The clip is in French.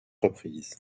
reprises